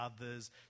others